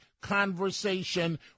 conversation